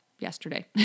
yesterday